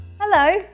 Hello